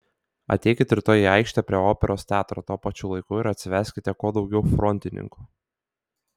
ateikit rytoj į aikštę prie operos teatro tuo pačiu laiku ir atsiveskite kuo daugiau frontininkų